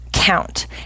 count